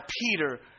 Peter